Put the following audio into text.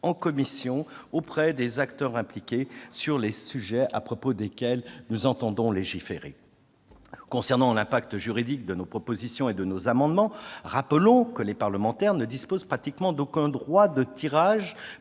auditions des acteurs impliqués sur les sujets à propos desquels nous entendons légiférer. En ce qui concerne l'incidence juridique de nos propositions et de nos amendements, rappelons que les parlementaires ne disposent pratiquement d'aucun droit de tirage